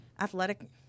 athletic